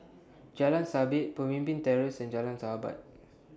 Jalan Sabit Pemimpin Terrace and Jalan Sahabat